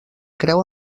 creu